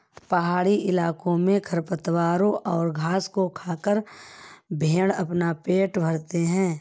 पहाड़ी इलाकों में खरपतवारों और घास को खाकर भेंड़ अपना पेट भरते हैं